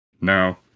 Now